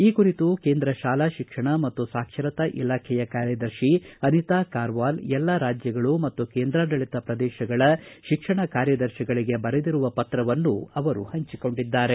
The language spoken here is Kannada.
ಈ ಕುರಿತು ಕೇಂದ್ರ ಶಾಲಾ ಶಿಕ್ಷಣ ಮತ್ತು ಸಾಕ್ಷರತಾ ಇಲಾಖೆಯ ಕಾರ್ಯದರ್ತಿ ಅನಿತಾ ಕಾರವಾಲ್ ಎಲ್ಲ ರಾಜ್ಯಗಳು ಮತ್ತು ಕೇಂದ್ರಾಡಳಿತ ಪ್ರದೇಶಗಳ ಶಿಕ್ಷಣ ಕಾರ್ಯದರ್ತಿಗಳಿಗೆ ಬರೆದಿರುವ ಪತ್ರವನ್ನು ಅವರು ಪಂಚಿಕೊಂಡಿದ್ದಾರೆ